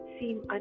seem